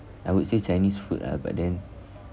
I would say chinese food ah but then